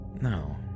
no